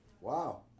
Wow